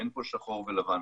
אין פה שחור ולבן,